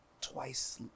twice